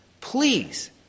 please